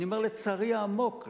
אני אומר לצערי העמוק,